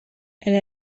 elle